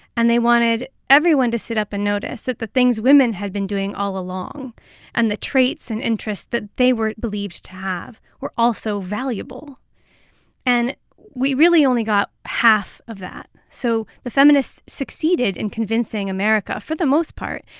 and they wanted everyone to sit up and notice that the things women had been doing all along and the traits and interests that they were believed to have were also valuable and we really only got half of that. so the feminists succeeded in convincing america, for the most part,